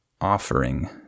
offering